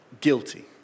guilty